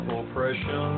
oppression